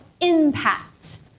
impact